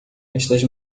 estas